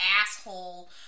asshole